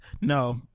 no